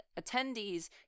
attendees